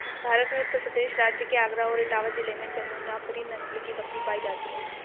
भारत में उत्तर प्रदेश राज्य के आगरा और इटावा जिले में जमुनापुरी नस्ल की बकरी पाई जाती है